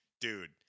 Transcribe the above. dude